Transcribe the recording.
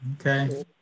Okay